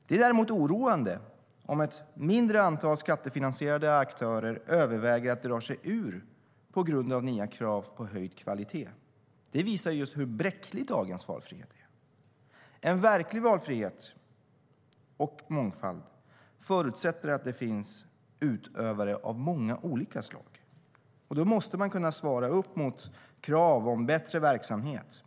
Det är däremot oroande om ett mindre antal skattefinansierade aktörer överväger att dra sig ur på grund av nya krav på höjd kvalitet. Det visar just hur bräcklig dagens valfrihet är. En verklig valfrihet och mångfald förutsätter att det finns utövare av många olika slag. Då måste man kunna svara mot kraven på bättre verksamhet.